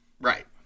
Right